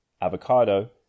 avocado